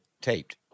taped